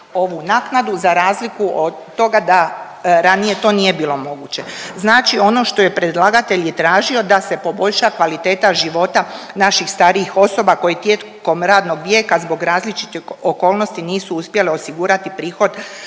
ovu naknadu za razliku od toga da ranije to nije bilo moguće. Znači ono što je predlagatelj i tražio da se poboljša kvaliteta života naših starijih osoba koje tijekom radnog vijeka zbog različitih okolnosti nisu uspjele osigurati prihod